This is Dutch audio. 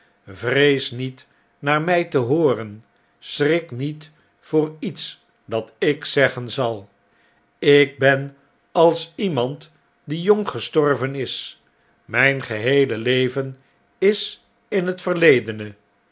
vrees niet naar mij te hooren schrik niet voor iets dat ik zeggen zal ik ben als iemand die jong gestorven is mijn geheele leven is in het verledene